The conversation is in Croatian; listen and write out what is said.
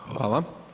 Hvala.